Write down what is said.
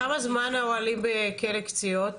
כמה זמן האוהלים בכלא קציעות?